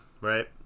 right